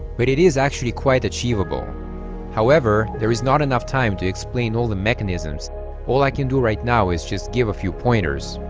but it is actually quite achievable however, there is not enough time to explain all the mechanisms all i can do right now is just give a few pointers